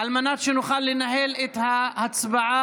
על מנת שנוכל לנהל את ההצבעה.